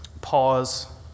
pause